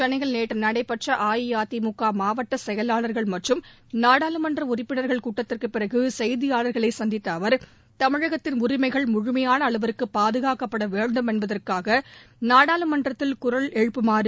சென்னையில் நேற்று நடைபெற்ற அஇஅதிமுக மாவட்ட செயலாளர்கள் மற்றும் நாடாளுமன்ற உறுப்பினர்கள் கூட்டத்திற்குப்பிறகு செய்தியாளர்களைச் சந்தித்த அவர் தமிழகத்தின் உரிமைகள் முழுமையான அளவுக்கு பாதுகாக்கப்பட வேண்டும் என்பதற்காக நாடாளுமன்றத்தில் குரல் எழுப்புமாறு